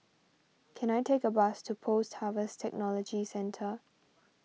can I take a bus to Post Harvest Technology Centre